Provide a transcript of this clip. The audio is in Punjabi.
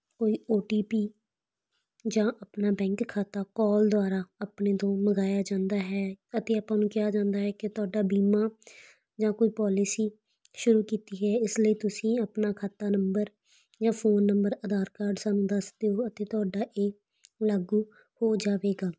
ਕੋਈ ਓ ਟੀ ਪੀ ਜਾਂ ਆਪਣਾ ਬੈਂਕ ਖਾਤਾ ਕੋਲ ਦੁਆਰਾ ਆਪਣੇ ਤੋਂ ਮੰਗਾਇਆ ਜਾਂਦਾ ਹੈ ਅਤੇ ਆਪਾਂ ਨੂੰ ਕਿਹਾ ਜਾਂਦਾ ਹੈ ਕਿ ਤੁਹਾਡਾ ਬੀਮਾ ਜਾਂ ਕੋਈ ਪੋਲਿਸੀ ਸ਼ੁਰੂ ਕੀਤੀ ਹੈ ਇਸ ਲਈ ਤੁਸੀਂ ਆਪਣਾ ਖਾਤਾ ਨੰਬਰ ਜਾਂ ਫੋਨ ਨੰਬਰ ਆਧਾਰ ਕਾਰਡ ਸਾਨੂੰ ਦੱਸ ਦਿਓ ਅਤੇ ਤੁਹਾਡਾ ਇਹ ਲਾਗੂ ਹੋ ਜਾਵੇਗਾ